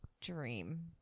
Dream